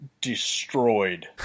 destroyed